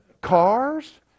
cars